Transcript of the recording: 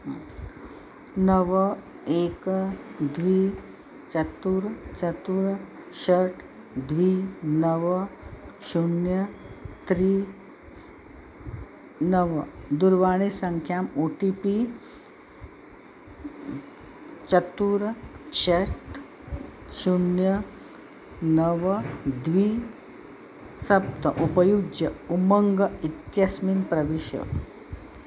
नव एकं द्वे चतुर्थ चतुर्थ षट् द्वे नव शून्यं त्रीणि नव दूरवाणीसङ्ख्याम् ओ टि पि चतुर्थ षट् शून्यं नव द्वे सप्त उपयुज्य उमङ्ग इत्यस्मिन् प्रविश